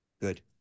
Good